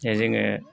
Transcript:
जोङो